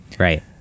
Right